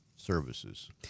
services